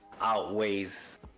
outweighs